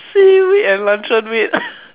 seaweed and luncheon meat